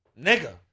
Nigga